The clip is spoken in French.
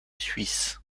suisse